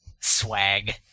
Swag